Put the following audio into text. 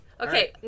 Okay